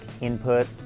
input